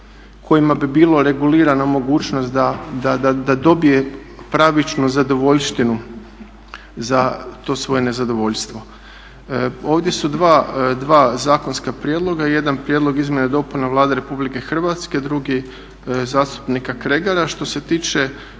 kojima bi bila regulirana mogućnost da dobije pravičnu zadovoljštinu za to svoje nezadovoljstvo. Ovdje su dva zakonska prijedloga, jedan prijedlog izmjena i dopuna Vlada RH, drugi zastupnika Kregara koji se